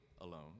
alone